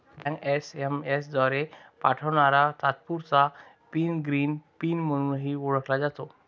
bank SMS द्वारे पाठवणारा तात्पुरता पिन ग्रीन पिन म्हणूनही ओळखला जातो